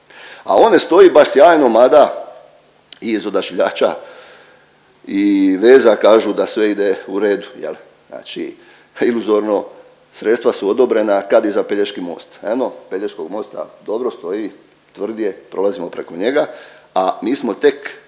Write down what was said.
A on ne stoji baš sjajno mada iz Odašiljača i veza kažu da sve ide u redu jel, znači iluzorno sredstva su odobrena kad i za Pelješki most, eno Pelješkog mosta, dobro stoji, tvrd je, prolazimo preko njega, a mi smo tek